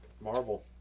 Marvel